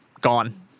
gone